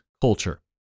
culture